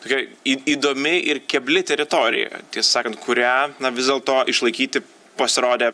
tokia į įdomi ir kebli teritorija tiesą sakant kurią na vis dėlto išlaikyti pasirodė